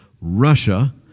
Russia